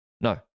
No